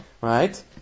Right